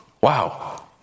Wow